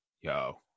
yo